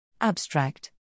Abstract